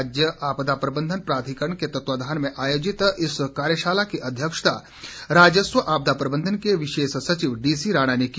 राज्य आपदा प्रबंधन प्राधिकरण के तत्वावधान में आयोजित इस कार्यशाला की अध्यक्षता राजस्व आपदा प्रबंधन के विशेष सचिव डीसी राणा ने की